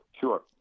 sure